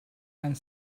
and